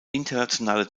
internationale